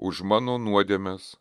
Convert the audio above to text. už mano nuodėmes